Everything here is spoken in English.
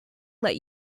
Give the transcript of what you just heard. let